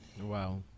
Wow